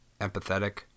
empathetic